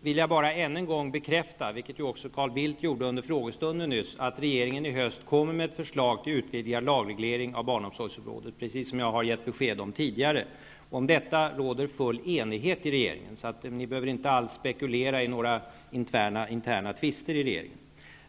vill jag bara ännu en gång bekräfta, vilket Carl Bildt också gjorde under den frågestund som vi nyss haft, att regeringen i höst kommer med ett förslag till en utvidgad lagreglering beträffande barnomsorgsområdet. Det har jag tidigare gett besked om. Om detta råder full enighet i regeringen, så ni behöver inte alls spekulera i att det skulle förekomma interna tvister i regeringen.